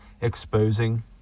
exposing